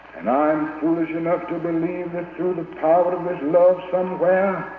and i'm foolish enough to believe that through the power of this love somewhere,